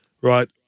Right